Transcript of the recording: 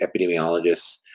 epidemiologists